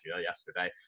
yesterday